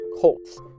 Colts